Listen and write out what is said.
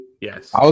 Yes